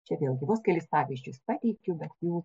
čia vėlgi vos kelis pavyzdžius pateikiau bet jų